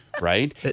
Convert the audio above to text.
right